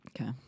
Okay